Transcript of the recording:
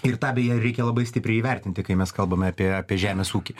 ir tą beje reikia labai stipriai įvertinti kai mes kalbame apie apie žemės ūkį